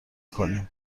کنیم